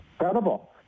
Incredible